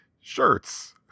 shirts